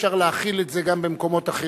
אתה שואל: האם אפשר להחיל את זה גם במקומות אחרים?